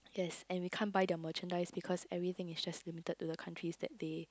yes and we can't buy their merchandise cause everything is just limited to the countries that they